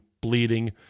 bleeding